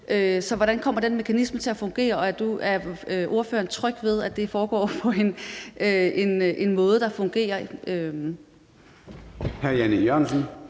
Så hvordan kommer den mekanisme til at fungere, og er ordføreren tryg ved, at det foregår på en måde, der fungerer?